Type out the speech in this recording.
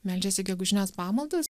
meldžiasi gegužinės pamaldos